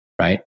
right